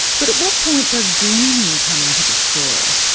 but at what point does dreaming come into this story?